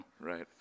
Right